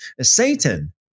Satan